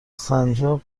سنجاق